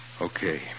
Okay